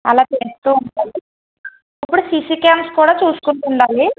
అలా చూస్తూ ఉంటె ఇప్పుడు సిసి క్యామ్స్ కూడా చూసుకుంటుండాలి